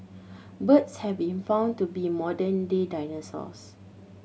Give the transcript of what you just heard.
birds have been found to be modern day dinosaurs